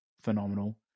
phenomenal